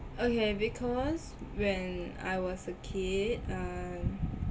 okay because when I was a kid uh